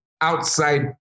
outside